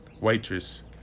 Waitress